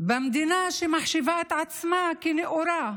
במדינה שמחשיבה את עצמה כנאורה,